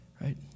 right